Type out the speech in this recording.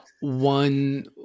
one